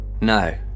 no